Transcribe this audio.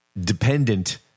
dependent